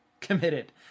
committed